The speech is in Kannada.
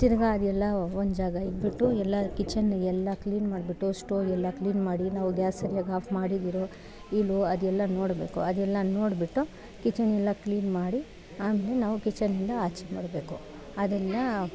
ತಿರುಗಾ ಅದೆಲ್ಲ ಒಂದು ಜಾಗ ಇಟ್ಬಿಟ್ಟು ಎಲ್ಲ ಕಿಚನ್ಗೆ ಎಲ್ಲ ಕ್ಲೀನ್ ಮಾಡಿಬಿಟ್ಟು ಸ್ಟೋ ಎಲ್ಲ ಕ್ಲೀನ್ ಮಾಡಿ ನಾವು ಗ್ಯಾಸ್ ಸರಿಯಾಗಿ ಆಫ್ ಮಾಡಿದಿರೋ ಇಲ್ವೋ ಅದೆಲ್ಲ ನೋಡಬೇಕು ಅದೆಲ್ಲ ನೋಡಿಬಿಟ್ಟು ಕಿಚನ್ ಎಲ್ಲ ಕ್ಲೀನ್ ಮಾಡಿ ಆಮೇಲೆ ನಾವು ಕಿಚನ್ನಿಂದ ಆಚೆಗೆ ಬರಬೇಕು ಅದೆಲ್ಲ